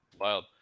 Wild